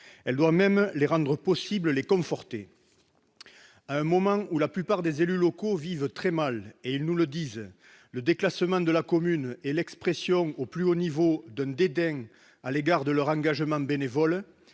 Elle doit même les rendre possibles, les conforter. Alors que la plupart des élus locaux vivent très mal- et ils nous le disent ! -le déclassement de la commune et l'expression au plus haut niveau d'un dédain à l'égard de leur engagement bénévole-